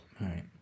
Right